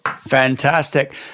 Fantastic